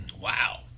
Wow